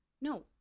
No